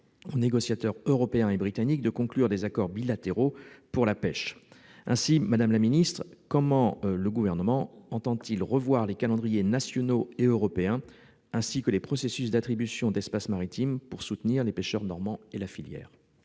aux négociateurs européens et britanniques de conclure des accords bilatéraux pour la pêche. Madame la secrétaire d'État, comment le Gouvernement entend-il revoir les calendriers nationaux et européens, ainsi que les processus d'attribution d'espaces maritimes pour soutenir les pêcheurs normands et la filière ?